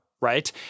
right